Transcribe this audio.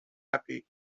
happy